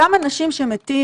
אותם אנשים שמתים,